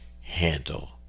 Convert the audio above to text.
handle